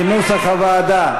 כנוסח הוועדה.